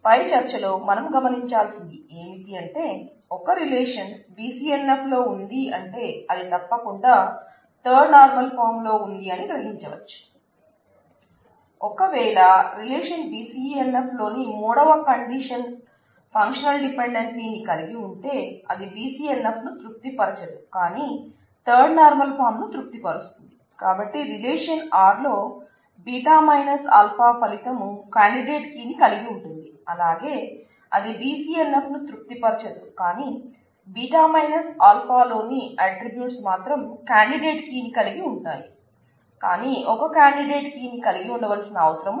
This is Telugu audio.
పై చర్చ లో మనం గమనింఛాల్సింది ఏమిటంటే ఒక రిలేషన్ BCNF లో ఉంది అంటే అది తప్పకుండా థర్ నార్మల్ ఫాం లో ఉంది అని గ్రహించవచ్చు